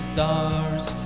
Stars